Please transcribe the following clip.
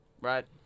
right